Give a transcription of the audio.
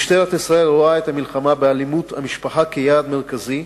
משטרת ישראל רואה את המלחמה באלימות במשפחה כיעד מרכזי,